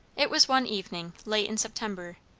it was one evening late in september.